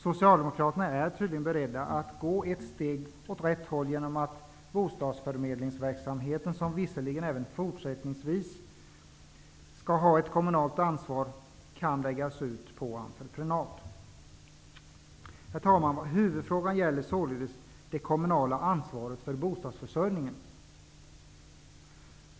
Socialdemokraterna är beredda att gå ett steg åt rätt håll genom att gå med på att bostadsförmedlingsverksamheten, som visserligen även fortsättningsvis skall vara ett kommunalt ansvar, kan läggas ut på entreprenad. Herr talman! Huvudfrågan gäller således det kommunala ansvaret för bostadsförsörjningen.